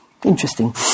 Interesting